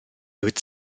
ddweud